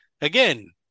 again